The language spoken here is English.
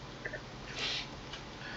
tak boleh kan